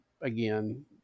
again